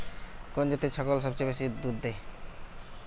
কোন জাতের ছাগল সবচেয়ে বেশি দুধ দেয়?